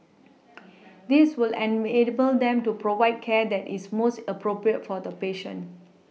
this will an enable them to provide care that is most appropriate for the patient